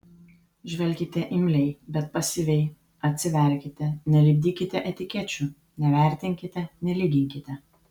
žvelkite imliai bet pasyviai atsiverkite nelipdykite etikečių nevertinkite nelyginkite